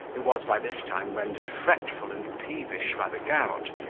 who was by this time rendered fretful and peevish by the gout,